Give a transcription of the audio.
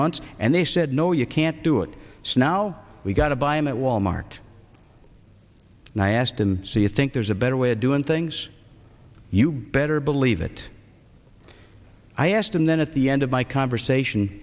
months and they said no you can't do it snow we gotta buy him at wal mart and i asked him so you think there's a better way of doing things you better believe it i asked him then at the end of my conversation